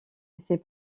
ses